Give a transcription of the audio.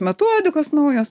metodikos naujos